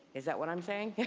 is that what i'm saying?